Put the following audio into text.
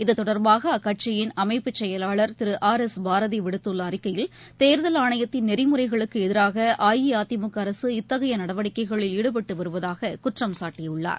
இது தொடர்பாக அக்கட்சியின் அமைப்பு செயவாளர் திரு ஆர் எஸ் பாரதி விடுத்துள்ள அறிக்கையில் தேர்தல் ஆணையத்தின் நெறிமுறைகளுக்கு எதிராக அஇஅதிமுக அரசு இத்தகைய நடவடிக்கைகளில் ஈடுபட்டு வருவதாக குற்றம் சாட்டியுள்ளார்